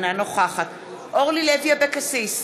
אינה נוכחת אורלי לוי אבקסיס,